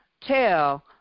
tell